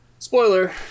spoiler